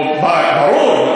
ברור,